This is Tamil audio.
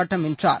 பட்டம் வென்றார்